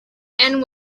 end